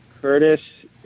Curtis